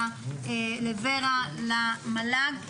לור"ה ולמל"ג.